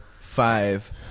five